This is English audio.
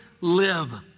live